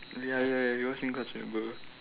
ya ya we all same class I remember